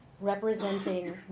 representing